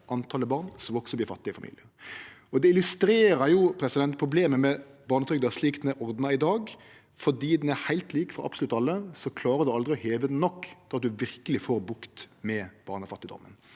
talet på barn som veks opp i fattige familiar. Det illustrerer problemet med barnetrygda slik ho er ordna i dag. Fordi ho er heilt lik for absolutt alle, klarer ein aldri å heve henne nok til at ein verkeleg får bukt med barnefattigdommen.